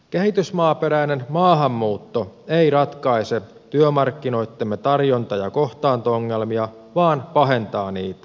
kehitysmaaperäinen maahanmuutto ei ratkaise työmarkkinoittemme tarjonta ja kohtaanto ongelmia vaan pahentaa niitä